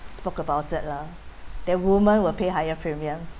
spoke about it lah then woman will pay higher premium